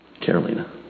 Carolina